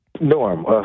norm